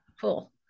cool